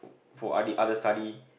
for other other study